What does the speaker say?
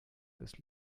this